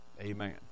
Amen